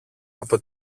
από